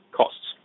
costs